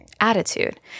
attitude